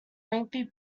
lengthy